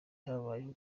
habayeho